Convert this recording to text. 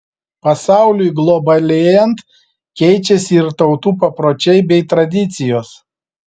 pasauliui globalėjant keičiasi ir tautų papročiai bei tradicijos